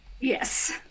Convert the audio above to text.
Yes